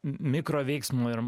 m mikroveiksmo ir